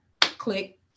Click